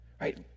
right